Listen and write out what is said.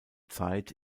zeit